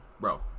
bro